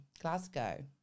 Glasgow